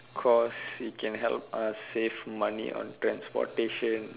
cause it can help us save money on transportation